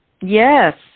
Yes